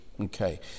Okay